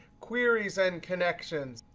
queries and connections.